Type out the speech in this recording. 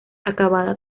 acabada